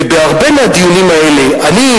ובהרבה מהדיונים האלה אני,